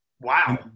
Wow